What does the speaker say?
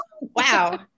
Wow